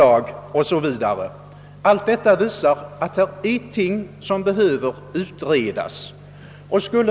Allt detta visar att utredningar verkligen vill till.